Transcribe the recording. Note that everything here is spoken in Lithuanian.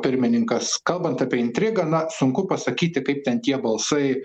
pirmininkas kalbant apie intrigą na sunku pasakyti kaip ten tie balsai